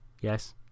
Yes